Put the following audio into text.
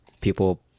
People